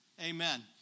Amen